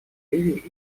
ливии